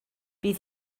bydd